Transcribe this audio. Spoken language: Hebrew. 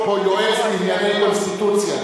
אני פה לא יועץ לענייני קונסטיטוציה.